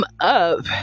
up